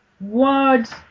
words